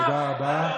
תודה רבה.